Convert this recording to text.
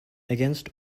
against